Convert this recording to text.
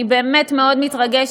אני באמת מאוד מתרגשת,